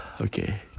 Okay